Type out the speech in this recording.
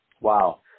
Wow